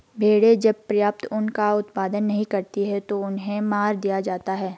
भेड़ें जब पर्याप्त ऊन का उत्पादन नहीं करती हैं तो उन्हें मार दिया जाता है